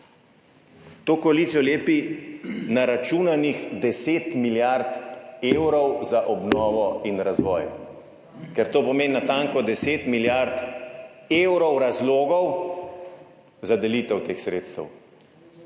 To koalicijo lepi naračunanih 10 milijard evrov za obnovo in razvoj. Ker to pomeni natanko 10 milijard evrov razlogov za delitev teh sredstev.